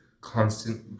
constant